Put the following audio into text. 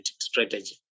Strategy